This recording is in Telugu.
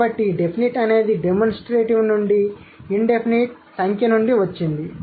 కాబట్టి డెఫినెట్ అనేది డెమోస్ట్రేటివ్ నుండి ఇన్ డెఫినిట్ సంఖ్య నుండి వచ్చింది